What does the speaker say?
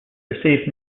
received